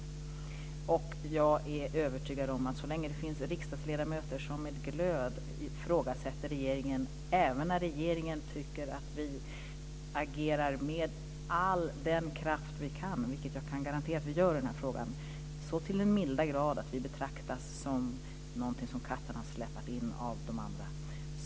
Jag är övertygad om att vi kan vara lugna, så länge det finns riksdagsledamöter som med glöd ifrågasätter regeringen även när vi i regeringen tycker att vi agerar med all den kraft vi kan. Det kan jag garantera att vi gör, så till den milda grad att vi betraktas av de andra som något som katten har släpat in.